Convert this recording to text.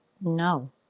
No